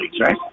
right